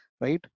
right